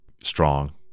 strong